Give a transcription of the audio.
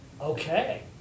Okay